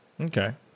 Okay